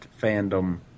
fandom